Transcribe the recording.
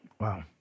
Wow